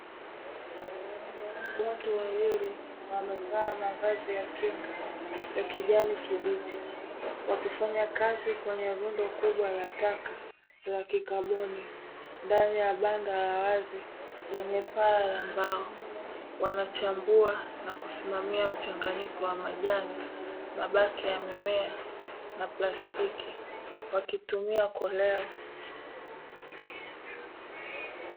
Watu wawili wamevaa mavazi ya kinga ya kijani kibichi wakifanya kazi kwenye rundo kubwa la taka la kikaboni ndani ya banda la wazi lenye paa la mbao. Wanachambua na kusimamia mchanganyiko wa majani, mabaki ya mimea na plastiki wakitumia koleo.